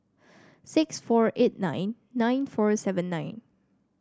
six four eight nine nine four seven nine